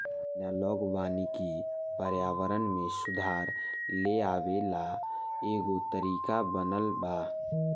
analogue वानिकी पर्यावरण में सुधार लेआवे ला एगो तरीका बनल बा